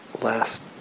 last